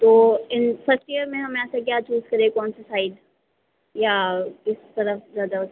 तो इन first year में हम ऐसा क्या चूज करें कौन सा साइड या किस तरफ ज्यादा